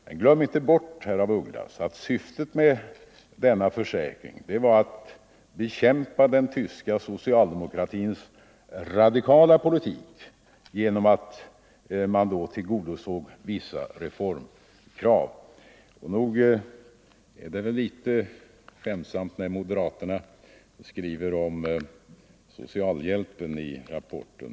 Men glöm inte bort, herr af Ugglas, att syftet med denna försäkring var att bekämpa den tyska socialdemokratins radikala politik genom att tillgodose vissa reformkrav. Nog verkar det litet skämtsamt när moderaterna skriver om socialhjälpen i rapporten.